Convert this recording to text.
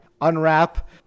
unwrap